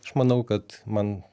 aš manau kad man